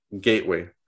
gateway